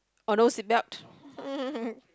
or no seat belt